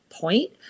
point